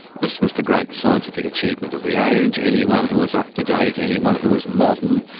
this was the great scientific achievement of the age. anyone who was up to date, anyone who was modern,